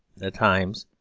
the times,